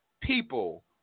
People